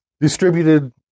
distributed